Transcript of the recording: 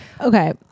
okay